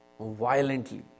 violently